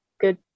good